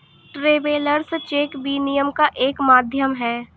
travellers cheque विनिमय का एक माध्यम है